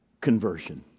conversion